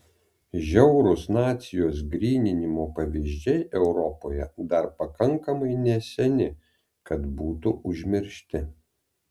žiaurūs nacijos gryninimo pavyzdžiai europoje dar pakankamai neseni kad būtų užmiršti